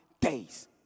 days